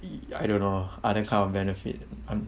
y~ I don't know other kind of benefit